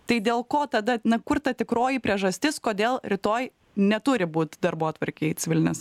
tai dėl ko tada na kur ta tikroji priežastis kodėl rytoj neturi būt darbotvarkėj civilinės